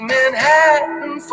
Manhattan